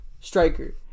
striker